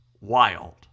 wild